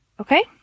okay